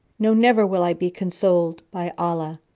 no, never will i be consoled, by allah,